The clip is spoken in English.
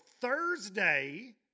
Thursday